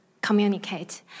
communicate